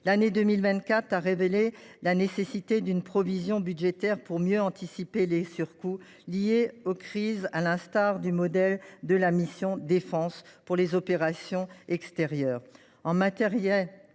L’année 2024 a révélé la nécessité d’une provision budgétaire pour mieux anticiper les surcoûts liés aux crises, à l’instar du modèle de la mission « Défense » pour les opérations extérieures. En matière